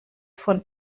von